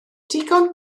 digon